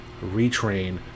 retrain